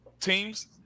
teams